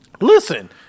Listen